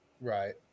Right